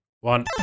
one